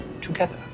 together